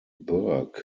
berg